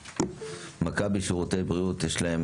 מכבי שירותי בריאות, יש להם